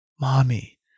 Mommy